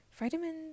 Vitamins